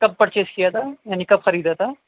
کب پرچیز کیا تھا یعنی کب خریدا تھا